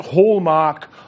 hallmark